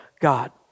God